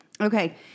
Okay